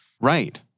Right